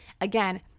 Again